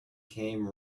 came